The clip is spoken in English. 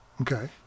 Okay